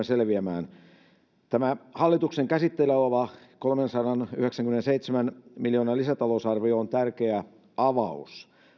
selviämään kriisistä tämä hallituksen käsitteillä oleva kolmensadanyhdeksänkymmenenseitsemän miljoonan lisätalousarvio on tärkeä avaus